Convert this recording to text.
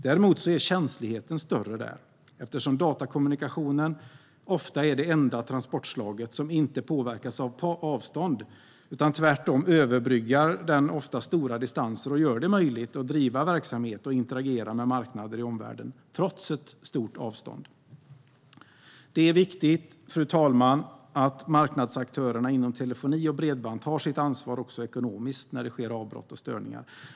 Däremot är känsligheten större där eftersom datakommunikationen ofta är det enda transportslaget som inte påverkas av avstånd utan tvärtom överbryggar ofta stora distanser och gör det möjligt att driva verksamhet och interagera med marknader i omvärlden trots ett stort avstånd. Fru talman! Det är viktigt att marknadsaktörerna inom telefoni och bredband tar sitt ansvar också ekonomiskt när det sker avbrott och störningar.